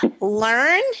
Learn